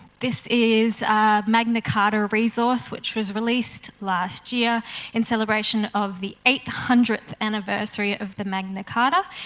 this is magna carta resource which was released last year in celebration of the eight hundredth anniversary of the magna carta.